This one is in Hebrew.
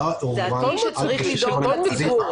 דעתנו היא שצריך לדאוג לציבור.